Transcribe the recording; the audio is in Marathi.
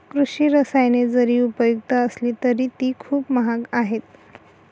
कृषी रसायने जरी उपयुक्त असली तरी ती खूप महाग आहेत